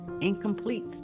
incomplete